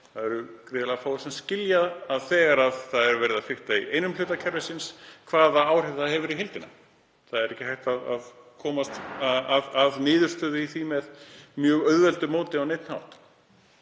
það eru gríðarlega fáir sem skilja, þegar verið er að fikta í einum hluta kerfisins, hvaða áhrif það hefur á heildina. Það er ekki hægt að komast að niðurstöðu í því með mjög auðveldu móti á neinn hátt.